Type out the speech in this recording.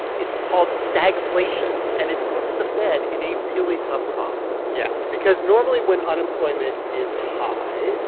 it's called stagflation, and it puts the fed in a really tough spot yes because normally when unemployment is high,